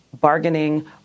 bargaining